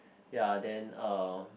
ya then uh